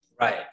Right